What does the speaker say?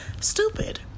stupid